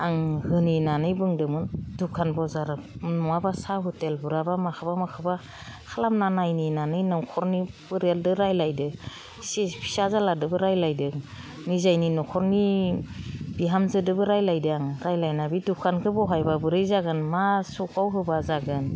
आं होनि होननानै बुंदोमोन दखान बजार महाबा साहा हटेलफोराबा माखौबा माखौबा खालामाना नायनि होननानै न'खरनि परियालजों रायज्लायदों इसे फिसाज्लाजोंबो रायलायदों निजायनि न'खरनि बिहामजोदोंबो रायज्लायदों आं रायज्लायना बे दखानखौबो बहायबा बोरै जागोन मा स'खआव होबा जागोन